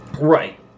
Right